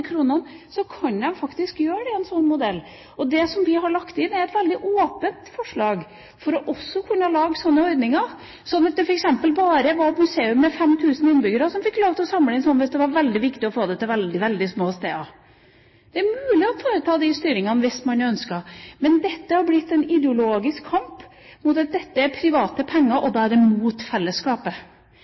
kronene, kan den faktisk gjøre det med en slik modell. Det vi har lagt inn, er et veldig åpent forslag for også å kunne lage sånne ordninger, slik at det f.eks. bare var for museum på steder med 5 000 innbyggere som fikk lov til å samle inn – hvis det var veldig viktig å få det til veldig små steder. Det er mulig å foreta denne styringa hvis man ønsker. Men dette har blitt en ideologisk kamp. Dette er private penger, og da er det mot fellesskapet.